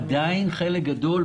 עדיין חלק גדול מהם.